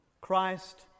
Christ